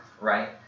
right